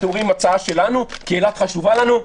ואתם תאמרו: הצעה שלנו כי אילת חשובה לנו?